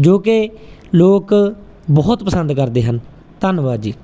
ਜੋ ਕਿ ਲੋਕ ਬਹੁਤ ਪਸੰਦ ਕਰਦੇ ਹਨ ਧੰਨਵਾਦ ਜੀ